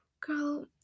girl